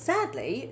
Sadly